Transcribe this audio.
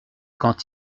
quand